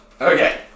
Okay